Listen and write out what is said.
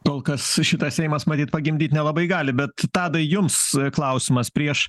kol kas šitas seimas matyt pagimdyt nelabai gali bet tadai jums klausimas prieš